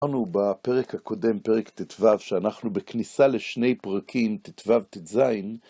אנו בפרק הקודם, פרק ט״ו, שאנחנו בכניסה לשני פרקים, ט״ו ט״ז